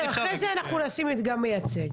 בסדר, אחרי זה אנחנו נשים מדגם מייצג.